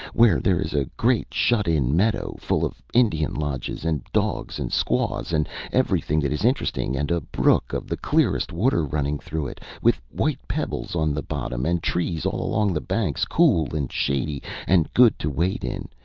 where there is a great shut-in meadow, full of indian lodges and dogs and squaws and everything that is interesting, and a brook of the clearest water running through it, with white pebbles on the bottom and trees all along the banks cool and shady and good to wade in,